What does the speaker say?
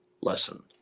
lesson